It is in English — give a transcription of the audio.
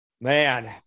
Man